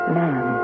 man